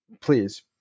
please